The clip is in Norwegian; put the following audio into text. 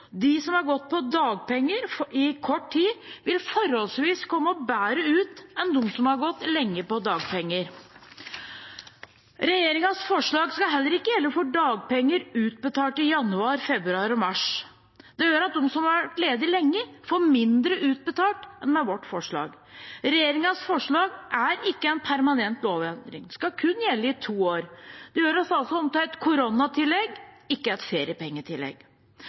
De som har gått på dagpenger i kort tid, vil komme forholdsvis bedre ut enn de som har gått lenge på dagpenger. Regjeringens forslag skal heller ikke gjelde for dagpenger utbetalt i januar, februar og mars. Det gjør at de som har vært ledige lenge, får mindre utbetalt enn med vårt forslag. Regjeringens forslag er ikke en permanent lovendring, det skal kun gjelde i to år. Det gjøres altså om til et koronatillegg, ikke et feriepengetillegg.